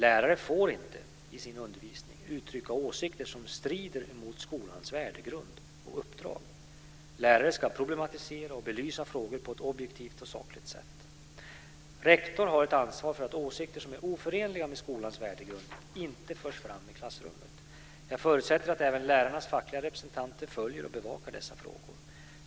Lärare får inte i sin undervisning uttrycka åsikter som strider mot skolans värdegrund och uppdrag. Lärare ska problematisera och belysa frågor på ett objektivt och sakligt sätt. Rektor har ett ansvar för att åsikter som är oförenliga med skolans värdegrund inte förs fram i klassrummet. Jag förutsätter att även lärarnas fackliga representanter följer och bevakar dessa frågor.